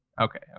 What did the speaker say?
Okay